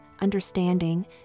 understanding